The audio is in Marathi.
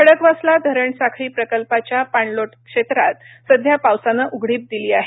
खडकवासला धरण साखळी प्रकल्पाच्या पाणलोट क्षेत्रात सध्या पावसानं उघडीप दिली आहे